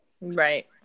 Right